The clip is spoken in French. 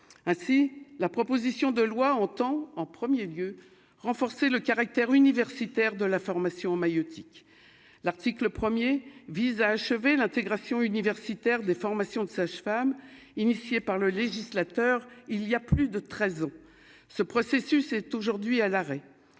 ainsi la proposition de loi entend en 1er lieu renforcer le caractère universitaire de la formation en maïeutique, l'article 1er vise à achever l'intégration universitaire des formation de sages-femmes initiée par le législateur, il y a plus de 13 ans, ce processus est aujourd'hui à l'arrêt,